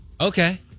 Okay